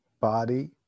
body